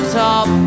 top